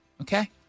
Okay